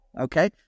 okay